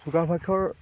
যোগাভ্যাসৰ